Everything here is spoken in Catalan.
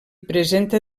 presenta